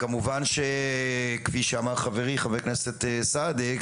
וכמובן כפי שאמר חברי חבר הכנסת סעדי,